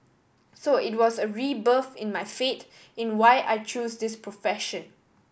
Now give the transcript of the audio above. so it was a rebirth in my faith in why I chose this profession